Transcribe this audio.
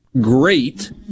great